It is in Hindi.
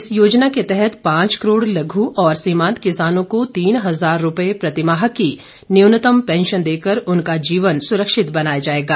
इस योजना के तहत पांच करोड़ लघ् और सीमान्त किसानों को तीन हजार रूपये प्रतिमाह की न्यूनतम पैंशन देकर उनका जीवन सुरक्षित बनाया जायेगा